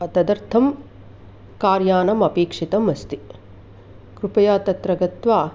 तदर्थं कार्यानम् अपेक्षितमस्ति कृपया तत्र गत्वा